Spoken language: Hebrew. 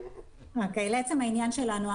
לעצם העניין שלנו.